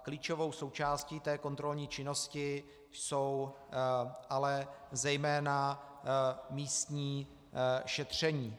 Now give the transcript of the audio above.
Klíčovou součástí kontrolní činnosti jsou ale zejména místní šetření.